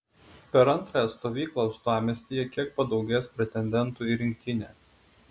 per antrąją stovyklą uostamiestyje kiek padaugės pretendentų į rinktinę